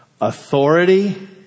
Authority